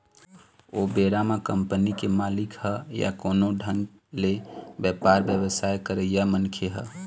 ओ बेरा म कंपनी के मालिक ह या कोनो ढंग ले बेपार बेवसाय करइया मनखे ह